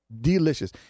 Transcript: Delicious